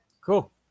Cool